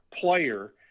player